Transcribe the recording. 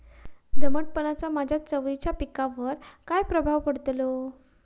दमटपणाचा माझ्या चवळी पिकावर काय प्रभाव पडतलो?